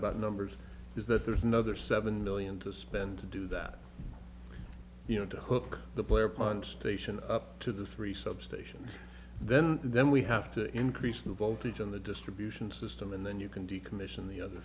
about numbers is that there's another seven million to spend to do that you know to hook the player plant station up to the three substation then and then we have to increase the voltage on the distribution system and then you can decommission the other